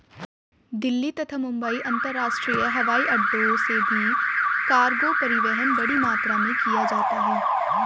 दिल्ली तथा मुंबई अंतरराष्ट्रीय हवाईअड्डो से भी कार्गो परिवहन बड़ी मात्रा में किया जाता है